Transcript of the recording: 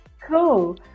Cool